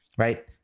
right